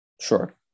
Sure